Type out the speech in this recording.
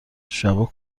شبا